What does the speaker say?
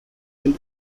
built